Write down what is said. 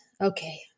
okay